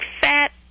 fat